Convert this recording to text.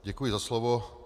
Děkuji za slovo.